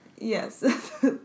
Yes